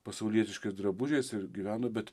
pasaulietiškais drabužiais ir gyveno bet